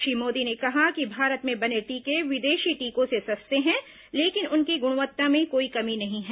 श्री मोदी ने कहा कि भारत में बने टीके विदेशी टीकों से सस्ते हैं लेकिन उनकी ग्णवत्ता में कोई कमी नहीं हैं